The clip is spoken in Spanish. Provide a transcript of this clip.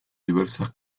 diversas